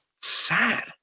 sad